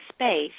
space